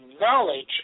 knowledge